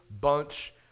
bunch